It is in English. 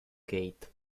gate